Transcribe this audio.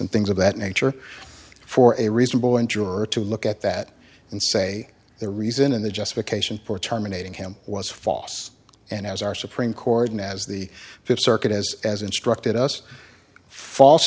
and things of that nature for a reasonable and you were to look at that and say the reason and the justification for terminating him was false and as our supreme court as the fifth circuit has as instructed us false